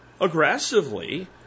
aggressively